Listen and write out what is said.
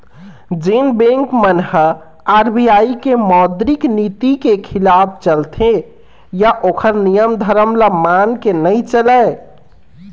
जेन बेंक मन ह आर.बी.आई के मौद्रिक नीति के खिलाफ चलथे या ओखर नियम धरम ल मान के नइ चलय